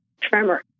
tremor